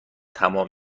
تمام